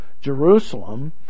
Jerusalem